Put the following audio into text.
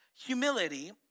humility